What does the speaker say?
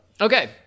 Okay